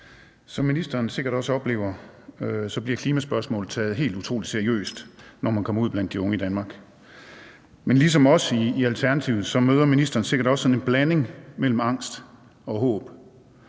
Som ministeren sikkert også oplever, bliver klimaspørgsmålet taget helt utrolig seriøst, når man kommer ud blandt de unge i Danmark. Men ligesom os i Alternativet møder ministeren sikkert også en blanding mellem angst og håb.